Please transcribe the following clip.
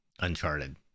Uncharted